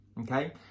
okay